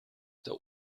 der